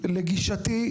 אומר שלגישתי,